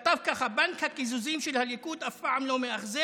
וכתב ככה: בנק הקיזוזים של הליכוד אף פעם לא מאכזב,